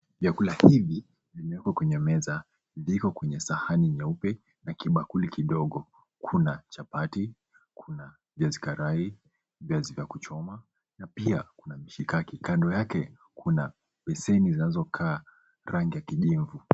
Vyakula hivi vimewekwa kwenye meza viko kwenye sahani nyeupe na kibakuli kidogo. Kuna chapati, kuna viazi karai, viazi vya kuchoma na pia kuna mshikaki. Kando yake kuna beseni zinazokaa rangi ya kijivu.